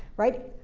right?